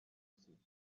see